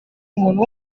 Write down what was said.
umuntu